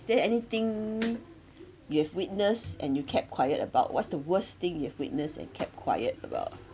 is there anything you have witnessed and you kept quiet about what's the worst thing you have witnessed and kept quiet about